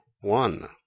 one